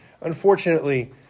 Unfortunately